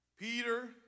Peter